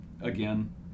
again